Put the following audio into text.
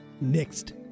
Next